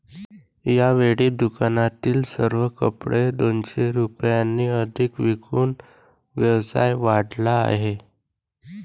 यावेळी दुकानातील सर्व कपडे दोनशे रुपयांनी अधिक विकून व्यवसाय वाढवला आहे